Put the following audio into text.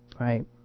right